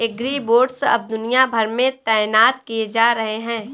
agribots अब दुनिया भर में तैनात किए जा रहे हैं